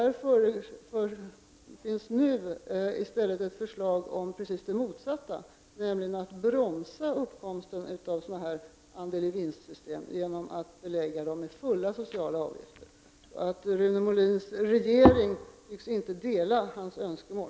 Nu föreligger ett förslag i rakt motsatt riktning, nämligen om att bromsa uppkomsten av andel-i-vinst-system genom att belägga dem med fulla sociala avgifter. Rune Molins regering tycks inte dela hans önskemål.